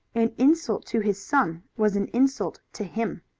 an insult to his son was an insult to him.